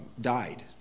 died